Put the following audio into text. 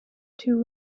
too